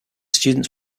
students